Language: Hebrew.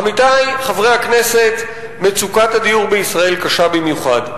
עמיתי חברי הכנסת, מצוקת הדיור בישראל קשה במיוחד.